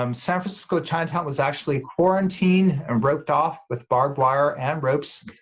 um san francisco chinatown was actually quarantined and roped off with barbed wire and ropes.